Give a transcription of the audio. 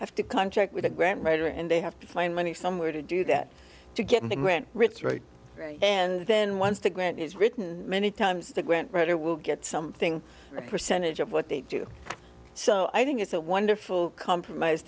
have to contract with a grand writer and they have to find money somewhere to do that to get the grant rich right and then once the grant is written many times the grant writer will get something a percentage of what they do so i think it's a wonderful compromise